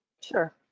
sure